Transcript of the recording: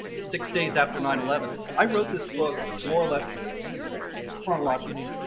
six days after nine eleven. i wrote this book more or less chronologically.